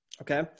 Okay